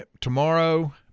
tomorrow